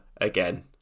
again